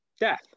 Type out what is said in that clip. death